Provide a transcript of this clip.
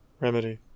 Remedy